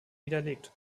widerlegt